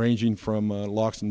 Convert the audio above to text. ranging from locks and